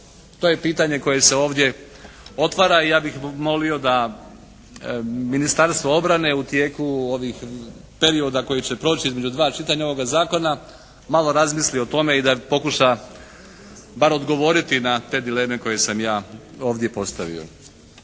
To je pitanje koje se ovdje otvara i ja bih molio da Ministarstvo obrane u tijeku ovih perioda koji će proći između 2 čitanja ovoga zakona malo razmisli i o tome i da pokuša bar odgovoriti na te dileme koje sam ja ovdje postavio.